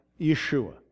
Yeshua